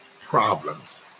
problems